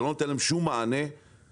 זה לא נותן להם שום מענה כלכלי,